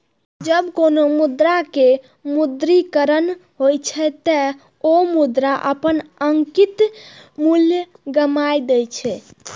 जब कोनो मुद्रा के विमुद्रीकरण होइ छै, ते ओ मुद्रा अपन अंकित मूल्य गमाय दै छै